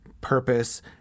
purpose